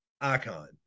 Icon